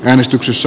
äänestänyt